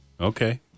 Okay